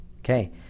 Okay